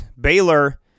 Baylor